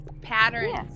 patterns